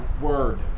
Word